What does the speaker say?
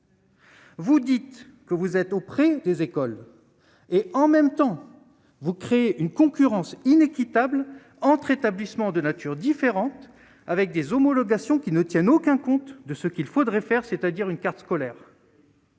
Vous dites que vous êtes auprès des écoles et en même temps vous créez une concurrence inéquitable entre établissements de nature différente, avec des homologations qui ne tiennent aucun compte de ce qu'il faudrait faire, c'est-à-dire une carte scolaire.